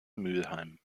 mülheim